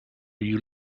you